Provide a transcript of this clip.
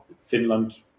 Finland